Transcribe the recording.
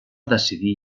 decidir